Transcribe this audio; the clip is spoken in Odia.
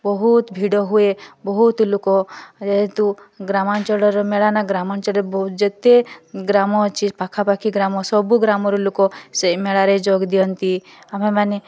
ବହୁତ ଭିଡ଼ ହୁଏ ବହୁତ ଲୋକ ଯେହେତୁ ଗ୍ରାମଞ୍ଚଳର ମେଳା ନା ଗ୍ରାମଞ୍ଚଳରେ ବୋ ଯେତେ ଗ୍ରାମ ଅଛି ପାଖପାଖି ଗ୍ରାମ ସବୁ ଗ୍ରାମର ଲୋକ ସେଇ ମେଳାରେ ଯୋଗ ଦିଅନ୍ତି ଆମେମାନେ